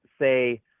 say